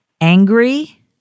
angry